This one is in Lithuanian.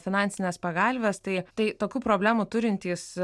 finansinės pagalvės tai tai tokių problemų turintys